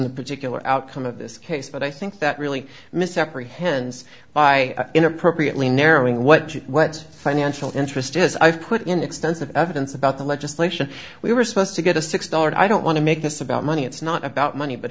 the particular outcome of this case but i think that really misapprehensions by inappropriately narrowing what you what financial interest is i've put in extensive evidence about the legislation we were supposed to get a six dollars i don't want to make this about money it's not about money but